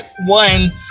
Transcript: one